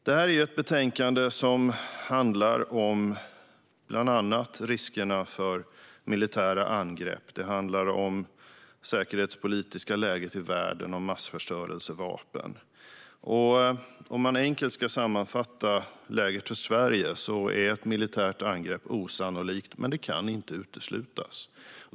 Detta är ett betänkande som handlar om bland annat riskerna för militära angrepp, det säkerhetspolitiska läget i världen och massförstörelsevapen. Om man enkelt ska sammanfatta läget för Sverige är ett militärt angrepp osannolikt, men det kan inte uteslutas.